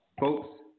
Folks